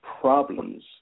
problems